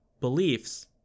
beliefs